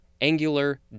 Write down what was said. angular